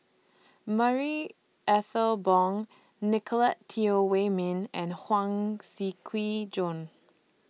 Marie Ethel Bong Nicolette Teo Wei Min and Huang Shiqi Joan